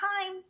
time